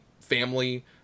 family